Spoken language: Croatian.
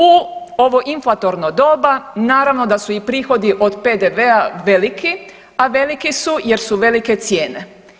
U ovo inflatorno doba naravno da su i prihodi od PDV-a veliki, a veliki su jer su velike cijene.